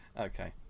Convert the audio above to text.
okay